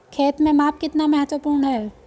खेत में माप कितना महत्वपूर्ण है?